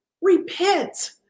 repent